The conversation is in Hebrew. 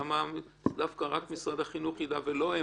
למה שרק משרד החינוך ידע והם לא?